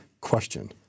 question